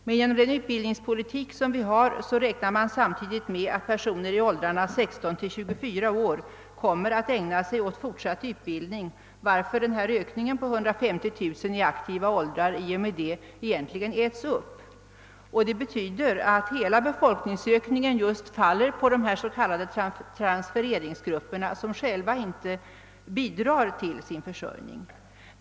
Men genom den utbildningspolitik som förs räknar man samtidigt med att personer i åldrarna 16 till 24 år kommer att ägna sig åt fortsatt utbildning, varför ökningen på 150 000 i aktiva åldrar egentligen äts upp. Det betyder att hela befolkningsökningen faller på dessa s.k. transfereringsgrupper, som själva inte bidrar till sin försörjning.